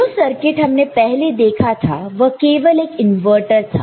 जो सर्किट हमने पहले देखा था वह केवल एक इनवर्टर था